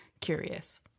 curious